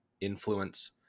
influence